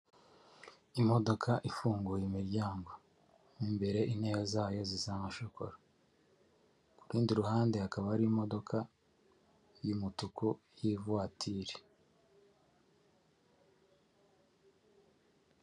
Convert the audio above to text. Imodoka ifunguye imiryango, imbere intebe zayo zisa na shokora ku rundi ruhande hakaba hari imodoka y'umutuku y'ivatire.